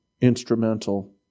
instrumental